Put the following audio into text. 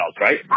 right